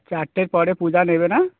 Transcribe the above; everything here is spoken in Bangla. চারটের পরে পূজা নেবে না